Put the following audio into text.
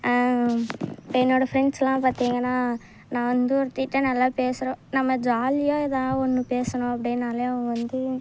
இப்போ என்னோடய ஃப்ரெண்ட்ஸ்லாம் பார்த்திங்கன்னா நான் வந்து ஒருத்திகிட்ட நல்லா பேசுறேன் நம்ம ஜாலியாக எதா ஒன்று பேசணும் அப்படின்னால் அவங்க வந்து